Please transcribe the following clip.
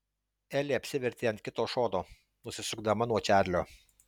elė apsivertė ant kito šono nusisukdama nuo čarlio